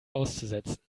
auszusetzen